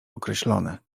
określone